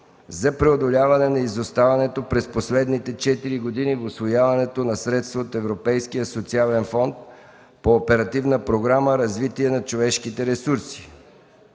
за преодоляване на изоставането през последните четири години в усвояването на средства от Европейския социален фонд по Оперативна програма „Развитие на човешките ресурси”.